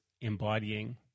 embodying